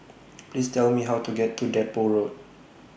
Please Tell Me How to get to Depot Road